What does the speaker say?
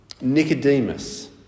Nicodemus